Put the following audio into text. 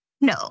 No